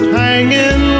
hanging